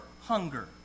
hunger